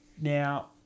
Now